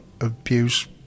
abuse